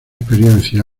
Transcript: experiencia